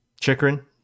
Chikrin